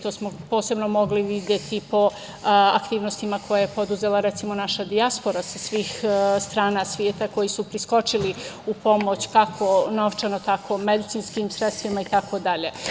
To smo posebno mogli videti po aktivnostima koje je preduzela, recimo, naša dijaspora sa svih strana sveta koji su priskočili u pomoć kako novčano, tako i medicinskim sredstvima, itd.